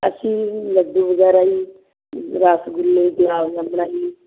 ਅਸੀਂ ਲੱਡੂ ਵਗੈਰਾ ਜੀ ਰਸਗੁੱਲੇ ਗੁਲਾਬ ਜਾਮਣਾ ਜੀ